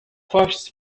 fuchs